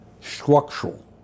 structural